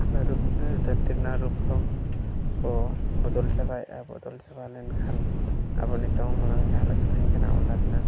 ᱫᱷᱟᱹᱨᱛᱤ ᱨᱮᱱᱟᱜ ᱨᱩᱯ ᱨᱚᱝ ᱠᱚ ᱵᱚᱫᱚᱞ ᱪᱟᱵᱟᱭᱮᱜᱼᱟ ᱵᱚᱫᱚᱞ ᱪᱟᱵᱟ ᱞᱮᱱᱠᱷᱟᱱ ᱟᱵᱚ ᱱᱤᱛᱚᱝ ᱡᱟᱦᱟᱸ ᱞᱮᱠᱟ ᱛᱟᱦᱮᱸ ᱠᱟᱱᱟ ᱚᱱᱟ ᱨᱮᱱᱟᱜ